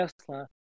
Tesla